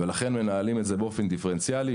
ולכן מנהלים את זה באופן דיפרנציאלי.